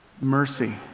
Mercy